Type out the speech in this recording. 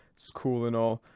it's cool and all.